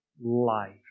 life